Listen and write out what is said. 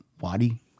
wadi